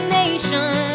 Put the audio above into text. nation